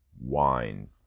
Wine